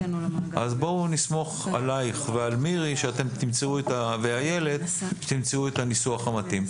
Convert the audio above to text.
אז בואו נסמוך עליכם ועל מירי שאתן תמצאו את הניסוח המתאים.